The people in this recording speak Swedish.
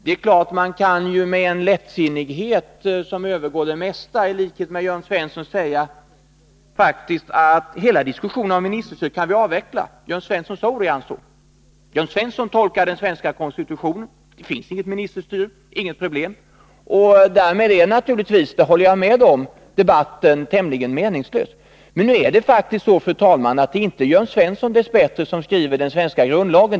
Det är klart att man kan, med ett lättsinne som övergår det mesta, i likhet med Jörn Svensson säga att hela diskussionen om ministerstyre kan vi avveckla. Jörn Svensson sade ordagrant så. Jörn Svensson tolkar den svenska författningsdebatten så, att begreppet ministerstyre inte existerar. Därmed är naturligtvis, det håller jag med om, = Vissa frågor rödebatten tämligen meningslös. Men nu är det, fru talman, dess bättre inte rande den statliga Jörn Svensson som skriver den svenska grundlagen.